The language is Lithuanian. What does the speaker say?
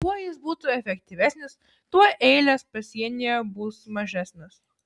kuo jis būtų efektyvesnis tuo eilės pasienyje bus mažesnės